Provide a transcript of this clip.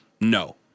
No